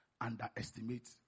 underestimate